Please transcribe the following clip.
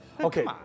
Okay